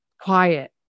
Quiet